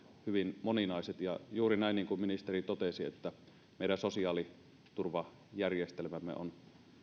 hyvin moninaiset juuri näin niin kuin ministeri totesi että meidän sosiaaliturvajärjestelmämme on